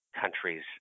countries